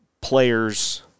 players